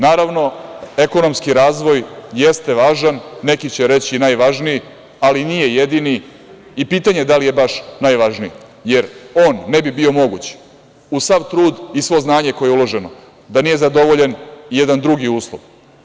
Naravno, ekonomski razvoj jeste važan, neki će reći najvažniji, ali nije jedini i pitanje da li je baš najvažniji, jer on ne bi bio moguć, uz sav trud i svo znanje koje je uloženo da nije zadovoljen jedan drugi uslov.